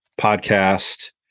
podcast